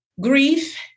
grief